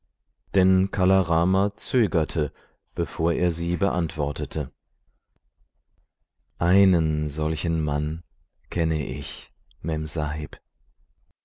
denn kala rama zögerte bevor er sie beantwortete einen solchen mann kenne ich memsahib